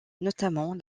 notamment